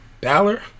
Balor